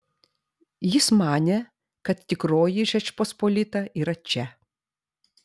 jis manė kad tikroji žečpospolita yra čia